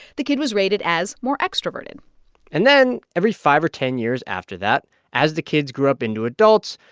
the kid was rated as more extroverted and then every five or ten years after that as the kids grew up into adults,